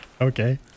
Okay